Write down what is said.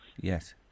Yes